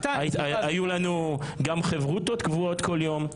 היו לנו גם חברותות קבועות כל יום,